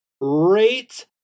rate